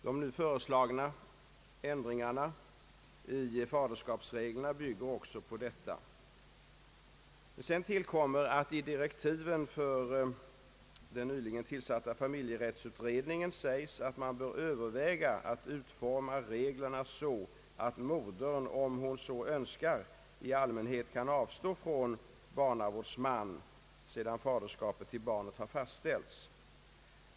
De nu föreslagna ändringarna i faderskapsreglerna bygger också på detta. ven för den nyligen tillsatta familjerättsutredningen anförs, att man bör överväga att utforma reglerna så att modern, om hon så önskar, i allmänhet kan avstå från barnavårdsman sedan faderskapet till barnet har fastställts.